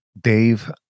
Dave